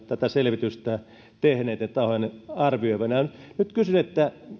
tätä selvitystä tehneiden tahojen arvioivan nyt kysyn